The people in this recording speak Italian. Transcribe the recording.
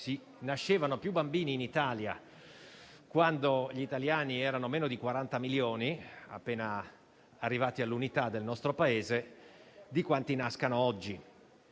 nascevano più bambini in Italia quando gli italiani erano meno di 40 milioni, appena arrivati all'Unità del nostro Paese, di quanti ne nascano oggi.